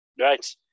Right